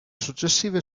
successive